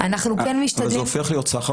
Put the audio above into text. שם השכר